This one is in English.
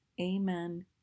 Amen